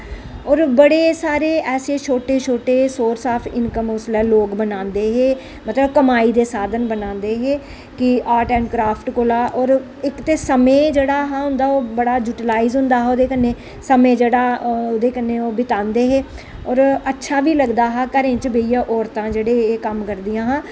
होर बडे़ सारे ऐसे छोटे छोटे सोर्स ऑफ इनकम उसलै लोक बनांदे हे मतलब कमाई दे साधन बनांदे हे कि आर्ट एंड क्राफ्ट कोला होर इक ते समें जेह्ड़ा हा उंदा ओह् बड़ा यूटिलाइज होंदा हा ओह्दे कन्नै समें जेह्ड़ा ओह् बितांदे हे होर अच्छा बी लगदा हा घरें च बेहियै औरतां जेह्डे़ एह् कम्म करदियां हियां